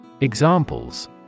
Examples